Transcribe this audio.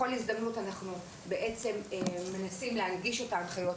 אנחנו מנסים בכל הזדמנות להנגיש את ההנחיות